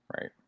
Right